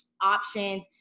options